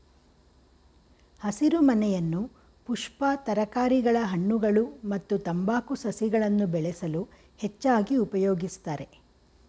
ಹಸಿರುಮನೆಯನ್ನು ಪುಷ್ಪ ತರಕಾರಿಗಳ ಹಣ್ಣುಗಳು ಮತ್ತು ತಂಬಾಕು ಸಸಿಗಳನ್ನು ಬೆಳೆಸಲು ಹೆಚ್ಚಾಗಿ ಉಪಯೋಗಿಸ್ತರೆ